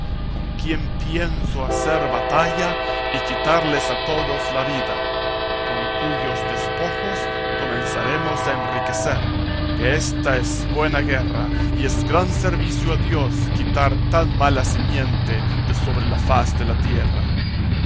con quien pienso hacer batalla y quitarles a todos las vidas con cuyos despojos comenzaremos a enriquecer que ésta es buena guerra y es gran servicio de dios quitar tan mala simiente de sobre la faz de la tierra